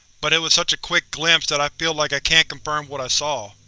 but it was such a quick glimpse that i feel like i can't confirm what i saw.